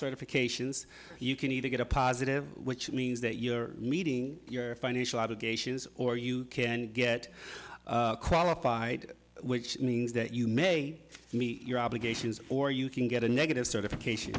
certifications you can either get a positive which means that you're meeting your financial obligations or you can get qualified which means that you may meet your obligations or you can get a negative certification